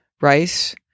rice